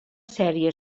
sèrie